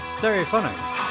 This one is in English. Stereophonics